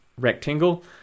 rectangle